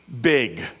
big